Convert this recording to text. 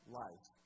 life